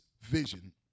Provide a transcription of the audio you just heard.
vision